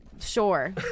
sure